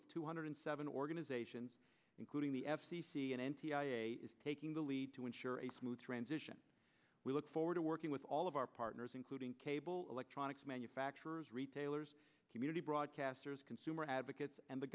of two hundred seven organizations including the f c c and n t i a is taking the lead to ensure a smooth transition we look forward to working with all of our partners including cable electronics manufacturers retailers community broadcasters consumer advocates and the